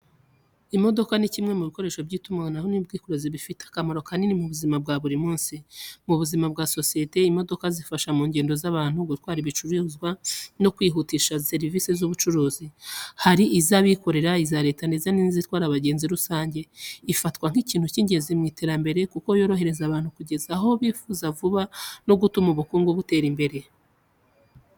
Imodoka ni kimwe mu bikoresho by’itumanaho n'ubwikorezi bifite akamaro kanini mu buzima bwa buri munsi. Mu buzima bwa sosiyete, imodoka zifasha mu ngendo z’abantu, gutwara ibicuruzwa no kwihutisha serivisi z’ubucuruzi. Hari iz’abikorera, iza leta ndetse n’izitwara abagenzi rusange. Ifatwa nk’ikintu cy’ingenzi mu iterambere kuko yorohereza abantu kugera aho bifuza vuba no gutuma ubukungu butera imbere.